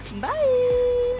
Bye